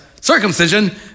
circumcision